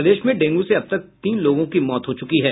प्रदेश में डेंगू से अब तक तीन लोगों की मौत हो चुकी है